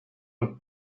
with